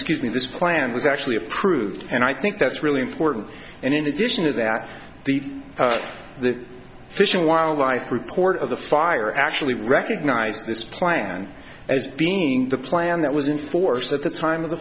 given this plan was actually approved and i think that's really important and in addition to that the the fish and wildlife report of the fire actually recognized this plan as being the plan that was in force at the time of the